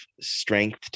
strength